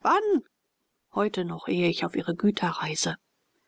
wann heute noch ehe ich auf ihre güter reise